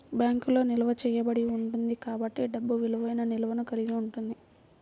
బ్యాంకులో నిల్వ చేయబడి ఉంటుంది కాబట్టి డబ్బు విలువైన నిల్వను కలిగి ఉంది